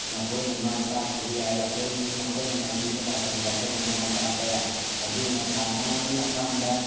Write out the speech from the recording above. ꯃꯈꯣꯏꯅ ꯃꯥꯏ ꯄꯥꯛꯈꯤꯕ ꯌꯥꯏ ꯑꯩꯈꯣꯏ ꯃꯈꯣꯏꯅ ꯃꯥꯏꯊꯤꯕ ꯃꯇꯝꯗ ꯑꯩꯈꯣꯏꯅ ꯃꯥꯏ ꯄꯥꯛꯄ ꯌꯥꯏ ꯑꯗꯨꯅ ꯀꯅꯥꯒꯤ ꯃꯐꯝꯗ